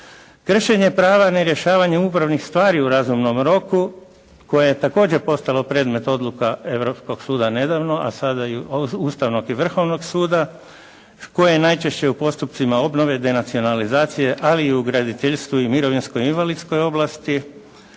Kršenje prava nerješavanjem upravnih stvari u razumnom roku koje je također postalo predmet odluka Europskog suda nedavno, a sada i Ustavnog i Vrhovnog suda koje je najčešće u postupcima obnove denacionalizacije, ali i u graditeljstvu i mirovinskoj i invalidskoj oblasti